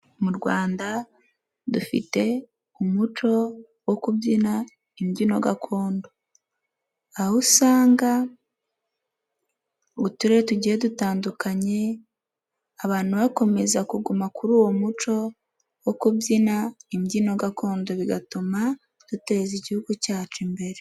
mu rwanda dufite umuco wo kubyina imbyino gakondo, aho usanga uturere tugiye dutandukanye, abantu bakomeza kuguma kuri uwo muco wo kubyina imbyino gakondo bigatuma duteza igihugu cyacu imbere.